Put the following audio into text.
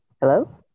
Hello